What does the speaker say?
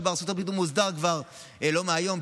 שבארצות הברית מוסדר כבר לא מהיום,